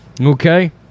Okay